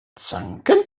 zanken